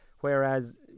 Whereas